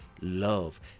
love